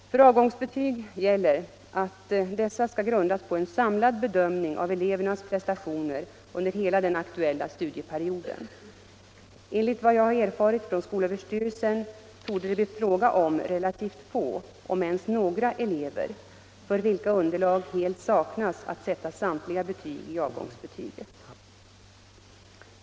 För avgångsbetyg gäller att dessa skall grundas på en samlad bedömning av elevernas prestationer under hela den aktuella studieperioden. Enligt vad jag har erfarit från skolöverstyrelsen torde det bli fråga om relativt få, om ens några, elever, för vilka underlag helt saknas att sätta samtliga betyg i avgångsbetyget.